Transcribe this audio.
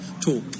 talk